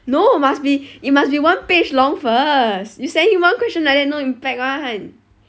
no must be it must be one page long first you send him one question like that no impact [one]